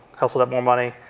hustled up more money,